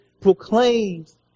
proclaims